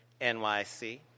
NYC